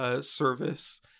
service